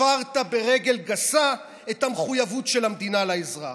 הפרת ברגל גסה את המחויבות של המדינה לאזרח.